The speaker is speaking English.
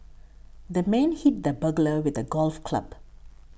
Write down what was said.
the man hit the burglar with a golf club